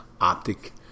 Optic